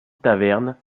taverne